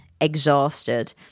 exhausted